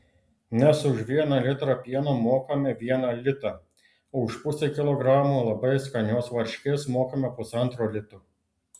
nes už vieną litrą pieno mokame vieną litą o už pusę kilogramo labai skanios varškės mokame pusantro lito